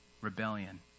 rebellion